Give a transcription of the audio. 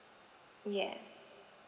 yes